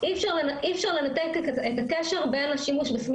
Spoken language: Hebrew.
אי אפשר לנתק את הקשר בין השימוש בסמים